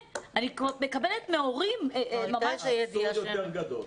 אני מקבלת מהורים ש --- זה אבסורד יותר גדול.